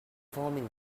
forming